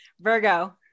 Virgo